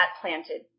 planted